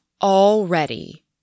already